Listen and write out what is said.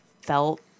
felt